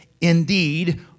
indeed